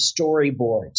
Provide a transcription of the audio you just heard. storyboards